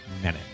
minute